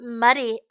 muddy